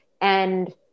and-